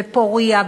בפורייה,